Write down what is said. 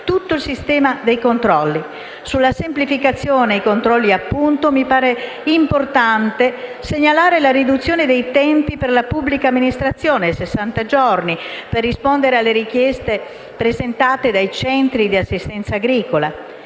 tutto il sistema dei controlli. Sulla semplificazione e i controlli, appunto, mi pare importante segnalare la riduzione dei tempi per la pubblica amministrazione (sessanta giorni) per rispondere alle richieste presentate dai centri di assistenza agricola;